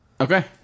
Okay